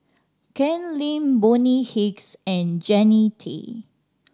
Ken Lim Bonny Hicks and Jannie Tay